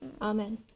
Amen